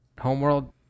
homeworld